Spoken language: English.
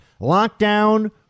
Lockdown